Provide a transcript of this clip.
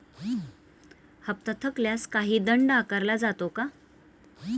हप्ता थकल्यास काही दंड आकारला जातो का?